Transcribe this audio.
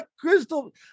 crystal